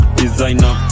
designer